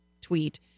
tweet